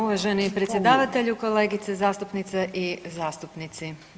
Uvaženi predsjedavatelju, kolegice zastupnice i zastupnici.